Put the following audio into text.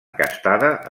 encastada